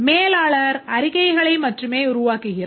மேலாளர் அறிக்கைகளை மட்டுமே உருவாக்குகிறார்